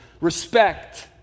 respect